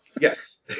Yes